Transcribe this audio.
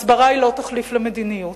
הסברה היא לא תחליף למדיניות.